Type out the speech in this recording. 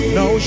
no